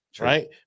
Right